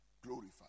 glorified